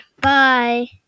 bye